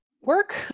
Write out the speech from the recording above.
work